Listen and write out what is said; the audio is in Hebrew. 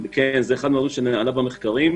זה אחד הדברים שעליו המחקרים.